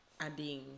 adding